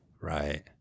Right